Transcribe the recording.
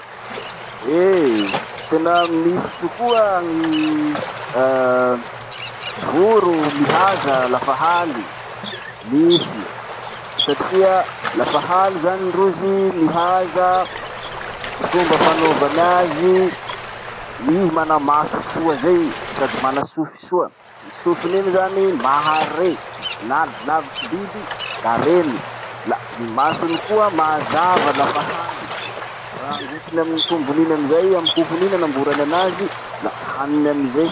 Eh! Tena misy tokoa gny ah voro mihaza lafa haly. Misy. Satria lafa haly zany rozy mihaza. Ty fomba fanaovany azy, iz- i mana maso soa zay i, sady mana sofy soa. Sonin'iny zany mahare, na lavitry biby, la reny. La nyy masony koa mazava lafa haly. La rangotiny amy tombony iny amizay iha, amy hohony iny nanamborana anazy, la haniny amizay.